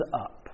up